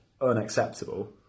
unacceptable